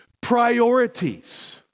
priorities